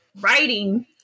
writing